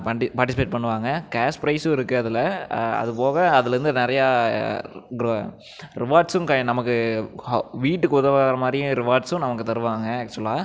participate பண்ணுவாங்க cash ப்ரைஸும் இருக்குது அதில் அது போக அதுலேருந்து நிறைய ரிவார்ட்ஸும் நமக்கு ஹ வீட்டுக்கு உதவுகிற மாதிரியும் ரிவார்ட்ஸும் நமக்கு தருவாங்க ஆக்ச்சுலாக